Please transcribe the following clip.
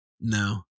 no